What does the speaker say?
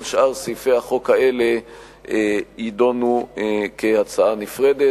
כל שאר סעיפי החוק האלה יידונו כהצעה נפרדת.